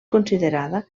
considerada